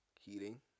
Heating